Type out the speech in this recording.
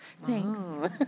Thanks